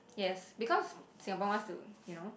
yes because Singapore wants to you know